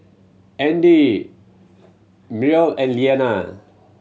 Andy Myrl and Leana